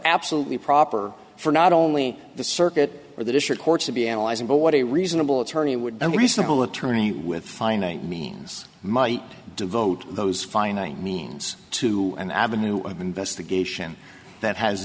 absolutely proper for not only the circuit or the district courts to be analyzing but what a reasonable attorney would be reasonable attorney with finite means might devote those finite means to an avenue of investigation that has